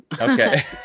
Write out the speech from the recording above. okay